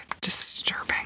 disturbing